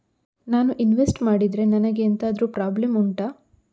ನಾನು ಇನ್ವೆಸ್ಟ್ ಮಾಡಿದ್ರೆ ನನಗೆ ಎಂತಾದ್ರು ಪ್ರಾಬ್ಲಮ್ ಉಂಟಾ